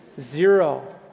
Zero